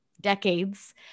decades